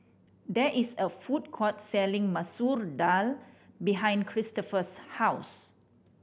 there is a food court selling Masoor Dal behind Christopher's house